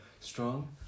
strong